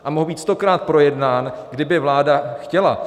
A mohl být stokrát projednán, kdyby vláda chtěla.